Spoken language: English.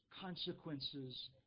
consequences